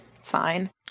sign